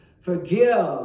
Forgive